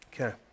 Okay